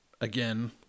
again